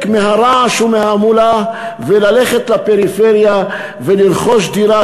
מהרעש ומההמולה וללכת לפריפריה ולרכוש דירה,